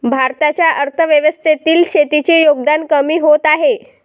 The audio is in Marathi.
भारताच्या अर्थव्यवस्थेतील शेतीचे योगदान कमी होत आहे